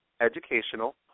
educational